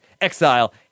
Exile